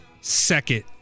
second